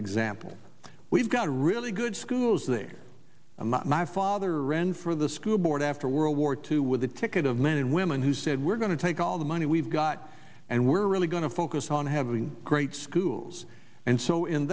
example we've got really good schools there and that my father ran for the school board after world war two with the ticket of men and women who said we're going to take all the money we've got and we're really going to focus on having great schools and so in